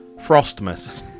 Frostmas